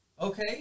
Okay